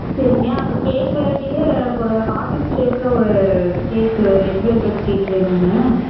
சரிங்க அப்போ கேக் வெரைட்டியில ஒரு ஹார்டின் ஷேப்பில் ஒரு கேக்கு ரெட் வெல்வெட் கேக்கு வேணுங்க